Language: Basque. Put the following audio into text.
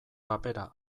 papera